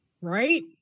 Right